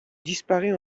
disparaît